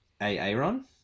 Aaron